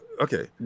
Okay